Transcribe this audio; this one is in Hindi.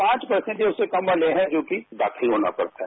पांच पर्सेंटया उससे कम वाले हैं जो कि दाखिल होना पड़ता है